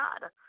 God